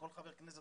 כל חבר כנסת,